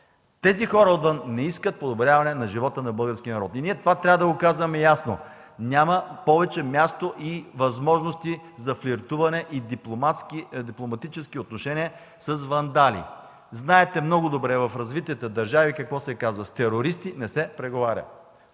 Тези хора отвън не искат подобряване на живота на българския народ – това трябва да го казваме ясно. Няма повече място и възможности за флиртуване, за дипломатически отношения с вандали. Знаете много добре какво се казва в развитите държави: с терористи не се преговаря.